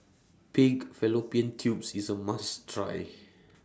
Pig Fallopian Tubes IS A must Try